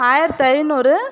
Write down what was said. ஆயிரத்து ஐந்நூறு